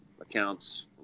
accounts